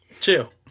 Chill